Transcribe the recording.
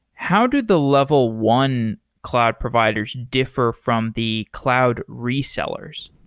how do the level one cloud providers differ from the cloud resellers?